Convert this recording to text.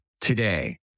today